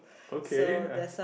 okay have